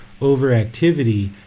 overactivity